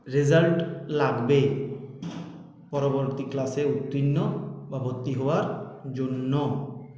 result লাগবে পরবর্তী ক্লাসে উত্তীর্ণ বা ভর্তি হওয়ার জন্য